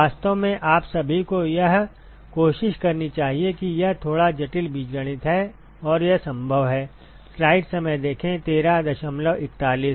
वास्तव में आप सभी को यह कोशिश करनी चाहिए कि यह थोड़ा जटिल बीजगणित है और यह संभव है